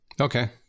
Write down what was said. Okay